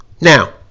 Now